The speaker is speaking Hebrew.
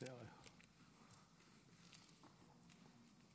3 מזכיר הכנסת דן מרזוק: